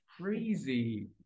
crazy